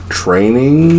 training